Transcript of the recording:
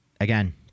again